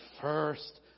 first